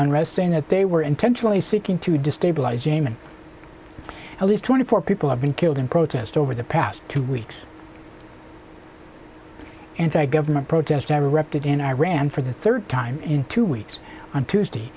unrest saying that they were intentionally seeking to destabilize yemen at least twenty four people have been killed in protest over the past two weeks anti government protests have erupted in iran for the third time in two weeks on tuesday